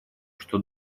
что